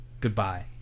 goodbye